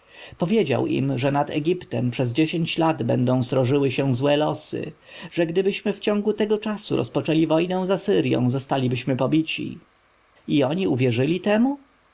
powiedział im że nad egiptem przez dziesięć lat będą srożyły się złe losy że gdybyśmy w ciągu tego czasu rozpoczęli wojnę z asyrją zostalibyśmy pobici i oni uwierzyli temu